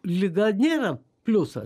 liga nėra pliusas